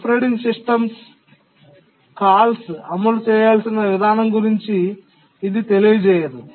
operating system calls అమలు చేయాల్సిన విధానం గురించి ఇది తెలియజేయదు